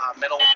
middle